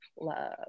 love